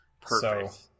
Perfect